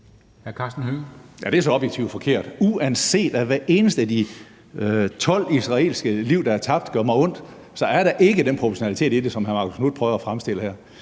det er så objektivt forkert. Uanset at hvert eneste af de 12 israelske liv, der er tabt, gør mig ondt, så er der ikke den proportionalitet i det, som hr. Marcus Knuth prøver at fremstille her.